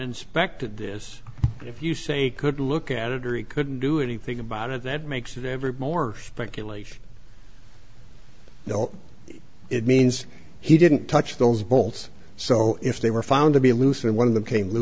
inspected this if you say could look at it or he couldn't do anything about it that makes it every more speculation no it means he didn't touch those bolts so if they were found to be loose and one of them came